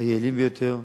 היעילים ביותר,